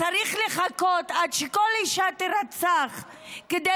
צריך לחכות עד שכל אישה תירצח כדי